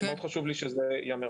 מאוד חשוב לי שזה יאמר.